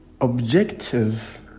Objective